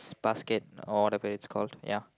basket or whatever it's called ya